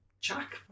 Jack